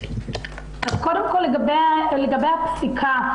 קודם כל לגבי הפסיקה,